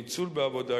ניצול בעבודה,